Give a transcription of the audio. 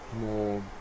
more